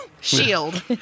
shield